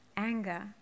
anger